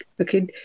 Okay